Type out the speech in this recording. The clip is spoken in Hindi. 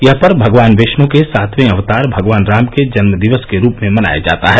यह पर्व भगवान विष्णु के सातवें अवतार भगवान राम के जन्मदिवस के रूप में मनाया जाता है